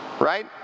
right